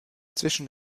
zwischen